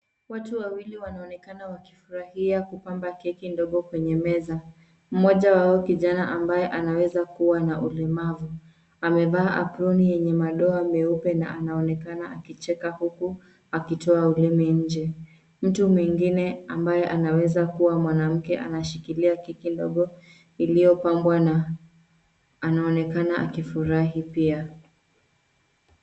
Watu wawili wanaonekana wakifurahia kupamba keki ndogo kwenye meza. Mmoja wao kijana ambaye anaweza kuwa na ulemavu. Amevaa aproni yenye madoa meupe na anaonekana akicheka huku akitoa ulimi nje. Mtu mwingine ambaye anaweza kuwa mwanamke anashikilia keki ndogo iliyopambwa, na anaonekana akifurahi pia.